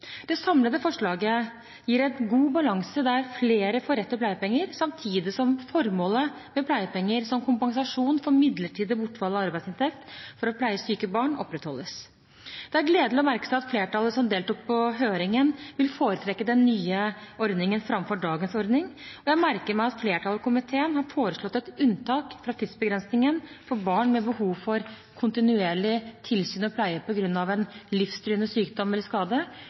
Det samlede forslaget gir en god balanse der flere får rett til pleiepenger, samtidig som formålet med pleiepenger som kompensasjon for midlertidig bortfall av arbeidsinntekt for å pleie syke barn opprettholdes. Det er gledelig å merke seg at flertallet som deltok på høringen, vil foretrekke den nye ordningen framfor dagens ordning. Jeg merker meg at flertallet i komiteen har foreslått et unntak fra tidsbegrensningen for barn med behov for kontinuerlig tilsyn og pleie på grunn av livstruende sykdom eller skade.